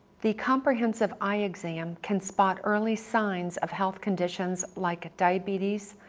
the comprehensive eye exam can spot early signs of health conditions like diabetes,